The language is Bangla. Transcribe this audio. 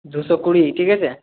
দুশো কুড়ি ঠিক আছে